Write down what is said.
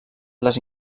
les